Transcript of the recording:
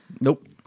Nope